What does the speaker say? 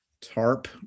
tarp